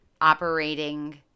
operating